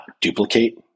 duplicate